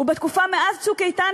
ובתקופה מאז "צוק איתן",